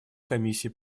комиссии